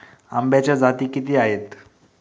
आंब्याच्या जाती किती आहेत?